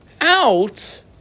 out